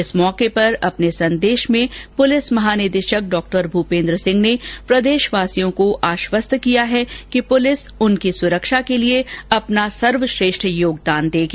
इस मौके पर अपने संदेश में पुलिस महानिदेशक डॉ भूपेन्द्र सिंह ने प्रदेशवासियों को आश्वस्त किया है कि पुलिस उनकी सुरक्षा के लिये अपना सर्वश्रेष्ठ योगदान देगी